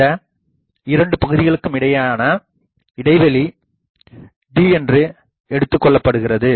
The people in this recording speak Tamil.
இந்த இரண்டு பகுதிக்குமிடையேயான இடைவெளி d என்று எடுத்துக்கொள்ளப்படுகிறது